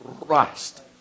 Christ